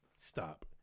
stop